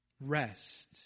Rest